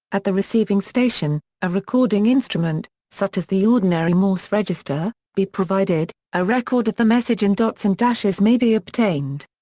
at the receiving station, a recording instrument, such as the ordinary morse register, be provided, a record of the message in dots and dashes may be obtained.